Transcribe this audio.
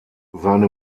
seine